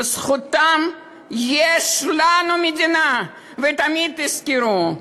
בזכותם יש לנו מדינה, ותמיד תזכרו,